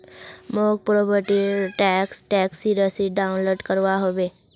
मौक प्रॉपर्टी र टैक्स टैक्सी रसीद डाउनलोड करवा होवे